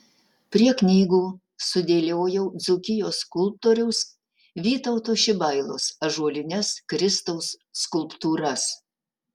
prie knygų sudėliojau dzūkijos skulptoriaus vytauto šibailos ąžuolines kristaus skulptūras